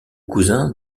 cousin